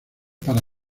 para